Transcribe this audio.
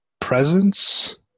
Presence